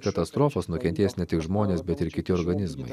katastrofos nukentės ne tik žmonės bet ir kiti organizmai